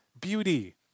beauty